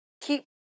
Keep